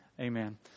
Amen